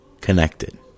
connected